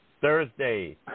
Thursday